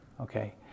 Okay